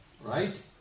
Right